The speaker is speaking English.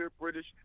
British